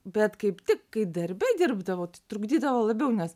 bet kaip tik kai darbe dirbdavot trukdydavo labiau nes